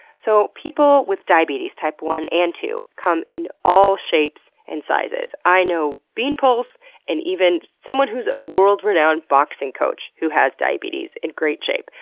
so people with diabetes, type one and two, come in all shapes and sizes. i know beanpoles and even someone who's a world-renowned boxing coach who has diabetes, in great shape.